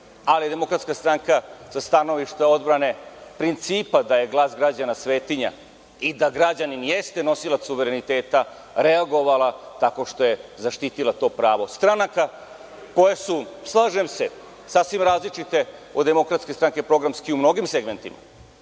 Demokratska stranka sa stanovišta odbrane, principa da je glas građana svetinja i da građanin jeste nosilac suvereniteta, reagovala tako što je zaštitila to pravo stranaka koje su, slažem se, sasvim različite od Demokratske stranke, programski u mnogim segmentima.